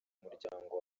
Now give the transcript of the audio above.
umuryango